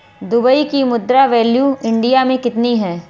Dubai की मुद्रा value India मे कितनी है?